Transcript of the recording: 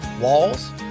walls